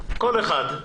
כל אחד,